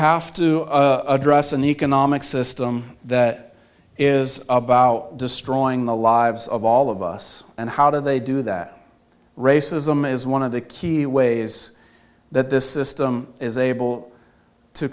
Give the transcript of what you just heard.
have to address an economic system that is about destroying the lives of all of us and how do they do that racism is one of the key ways that this system is able to